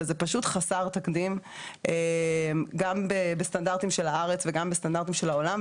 וזה פשוט חסר תקדים גם בסטנדרטים של הארץ וגם בסטנדרטים של העולם.